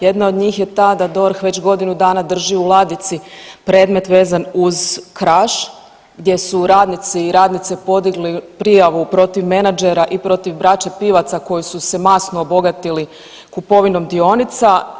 Jedna od njih je ta da DORH već godinu dana drži u ladici predmet vezan u Kraš gdje su radnici i radnice podigli prijavu protiv menadžera i protiv braće Pivaca koji su se masno obogatili kupovinom dionica.